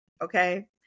okay